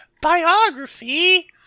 Biography